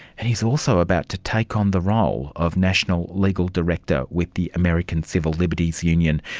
and he's also about to take on the role of national legal director with the american civil liberties union.